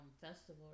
festival